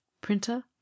printer